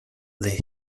they